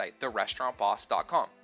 therestaurantboss.com